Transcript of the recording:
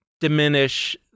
diminish